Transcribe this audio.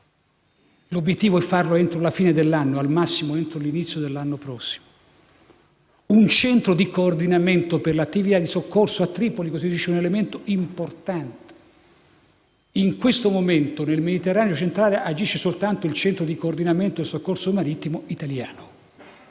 L'obiettivo è farlo entro la fine dell'anno, al massimo entro l'inizio dell'anno prossimo. Un centro di coordinamento per l'attività di soccorso a Tripoli costituisce un elemento importante, perché in questo momento, nel Mediterraneo centrale, agisce soltanto il centro di coordinamento e soccorso marittimo italiano.